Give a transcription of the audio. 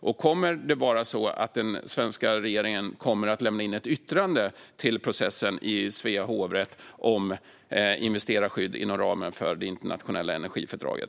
Och kommer den svenska regeringen att lämna in ett yttrande till processen i Svea hovrätt om investerarskydd inom ramen för det internationella energifördraget?